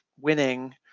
winning